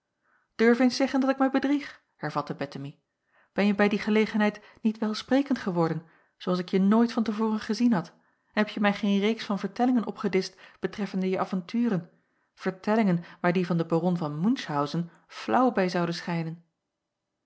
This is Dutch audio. durf eens zeggen dat ik mij bedrieg hervatte bettemie benje bij die gelegenheid niet welsprekend geworden zoo als ik je nooit te voren gezien had en hebje mij geen reeks van vertellingen opgedischt betreffende je avonturen vertellingen waar die van den baron van munchhausen flaauw bij zouden schijnen